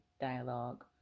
Dialogue